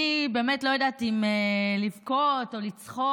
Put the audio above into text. אני באמת לא יודעת אם לבכות או לצחוק.